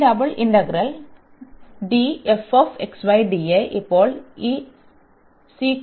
ഈ double integral ഇപ്പോൾ ഈ സീക്വൻസിംഗ് പിന്തുടരണം